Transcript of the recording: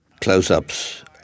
Close-ups